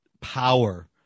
power